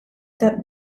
that